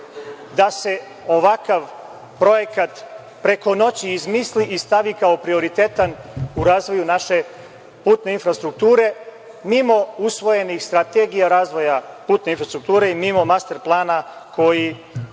da se ovakav projekat preko noći izmisli i stavi kao prioritetan u razvoju naše putne infrastrukture, mimo usvojenih strategija razvoja putne infrastrukture i mimo master plana koji